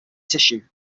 tissue